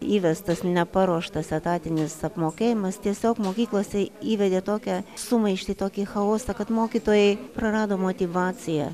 įvestas neparuoštas etatinis apmokėjimas tiesiog mokyklose įvedė tokią sumaištį tokį chaosą kad mokytojai prarado motyvaciją